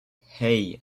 hey